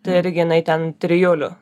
tai irgi jinai ten trijulių